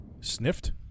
Sniffed